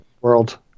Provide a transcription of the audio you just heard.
world